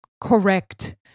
correct